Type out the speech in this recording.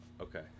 Okay